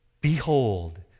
Behold